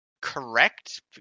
correct